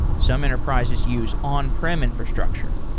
some enterprises use on-prem infrastructure.